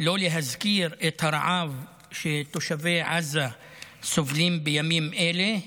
לא להזכיר את הרעב שתושבי עזה סובלים בימים אלה.